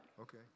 Okay